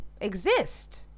exist